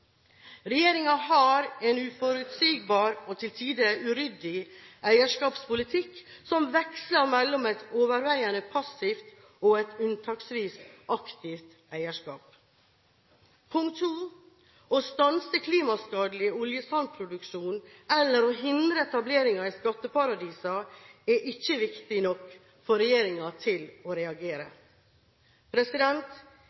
uforutsigbar og til tider uryddig eierskapspolitikk som veksler mellom et overveiende passivt og et unntaksvis aktivt eierskap. Punkt 2: Å stanse klimaskadelig oljesandproduksjon eller å hindre etableringer i skatteparadiser er ikke viktig nok for regjeringen til å